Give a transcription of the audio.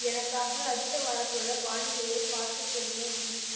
எனக்காக அடுத்த வாரத்தோடய வானிலையை பார்த்து சொல்லுங்கள் பிளீஸ்